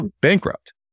bankrupt